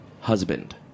husband